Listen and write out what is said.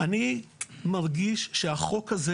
אני מרגיש שהחוק הזה